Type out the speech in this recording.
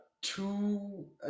two